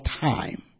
time